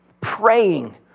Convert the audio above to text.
praying